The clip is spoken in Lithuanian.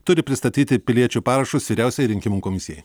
turi pristatyti piliečių parašus vyriausiajai rinkimų komisijai